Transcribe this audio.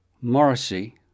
Morrissey